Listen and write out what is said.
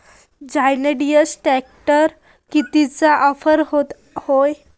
John Deere ट्रॅक्टरवर कितीची offer हाये?